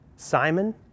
Simon